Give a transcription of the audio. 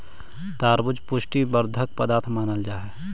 तरबूजा पुष्टि वर्धक पदार्थ मानल जा हई